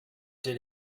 did